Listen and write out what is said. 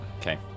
Okay